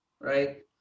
right